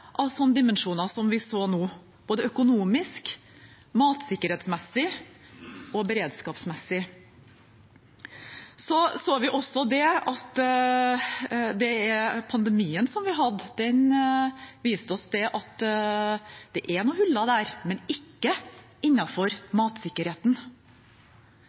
av slike dimensjoner som vi har sett nå, både økonomisk, matsikkerhetsmessig og beredskapsmessig. Pandemien vi har hatt, har vist oss at det er noen huller der, men ikke innenfor matsikkerheten. Jeg ser nå fram til